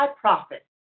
prophet